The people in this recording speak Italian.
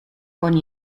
con